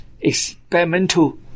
experimental